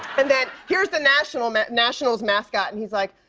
and then here's the nationals nationals mascot. and he's like,